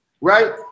right